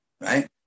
right